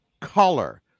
Color